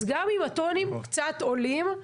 אז גם אם הטונים קצת עולים,